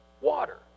water